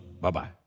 Bye-bye